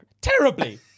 Terribly